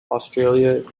australia